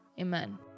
amen